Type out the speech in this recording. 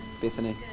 Bethany